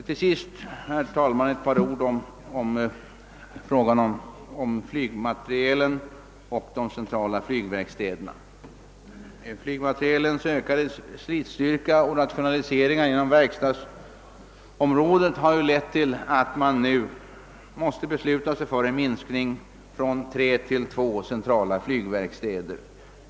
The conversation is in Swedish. Till sist, herr talman, vill jag säga ett par ord om flygmaterielen och de centrala flygverkstäderna. Flygmaterielens ökade slitstyrka och rationaliseringar på verkstadsområdet har lett till att man nu måste besluta om en minskning från tre till två centrala flygverkstäder.